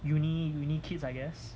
uni uni kids I guess